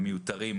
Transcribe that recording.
המיותרים,